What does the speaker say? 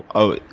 oh,